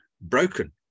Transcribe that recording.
broken